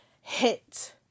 hit